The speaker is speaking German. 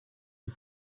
die